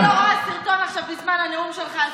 אם אני לא רואה עכשיו סרטון בזמן הנאום שלך,